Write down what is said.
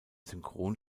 synchron